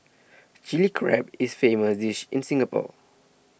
Chilli Crab is a famous dish in Singapore